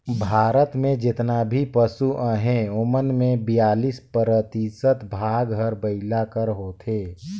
भारत में जेतना भी पसु अहें ओमन में बियालीस परतिसत भाग हर बइला कर होथे